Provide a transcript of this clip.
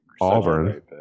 Auburn